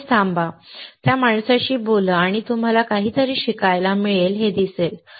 तिथेच थांबा त्या माणसाशी बोला आणि तुम्हाला काहीतरी शिकायला मिळेल हे दिसेल